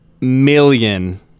million